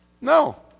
No